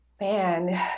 Man